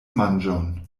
manĝon